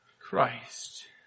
Christ